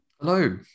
Hello